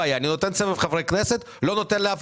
אני נותן סבב חברי כנסת ולא נותן לאף